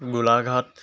Golaghat